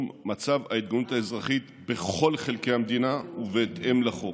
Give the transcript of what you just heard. מצב ההתגוננות האזרחית בכל חלקי המדינה ובהתאם לחוק.